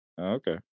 Okay